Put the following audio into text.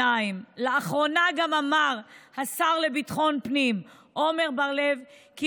לאחרונה גם אמר השר לביטחון פנים עמר בר לב כי